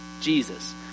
Jesus